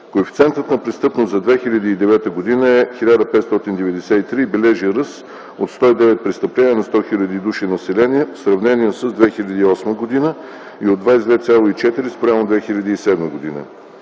Коефициентът на престъпност за 2009 г. е 1593 и бележи ръст от 109 престъпления на 100 хил. души население в сравнение с 2008 г. и от 22,4 спрямо 2007 г.